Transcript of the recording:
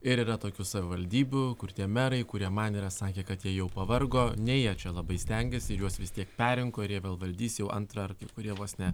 ir yra tokių savivaldybių kur tie merai kurie man yra sakę kad jie jau pavargo nei jie čia labai stengėsi ir juos vis tiek perrinko ir jie vėl valdys jau antrą ar kurie vos ne